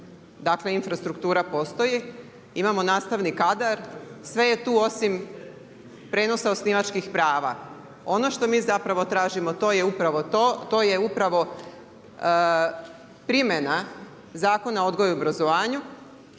dakle infrastruktura postoji imamo nastavni kadar, sve je tu osim prijenosa osnivačkih prava. Ono što mi zapravo tražimo to je upravo, to, to je upravo primjena zakona o odgoju i obrazovanju